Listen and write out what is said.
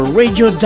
radio